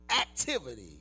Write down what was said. activity